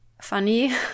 funny